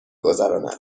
گذراند